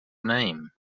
name